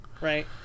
Right